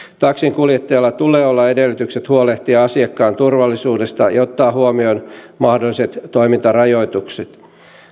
taksinkuljettajalla tulee olla edellytykset huolehtia asiakkaan turvallisuudesta ja ottaa huomioon mahdolliset toimintarajoitukset